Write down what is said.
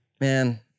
Man